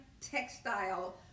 textile